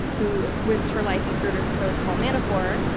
who risked her life and career to expose paul manafort.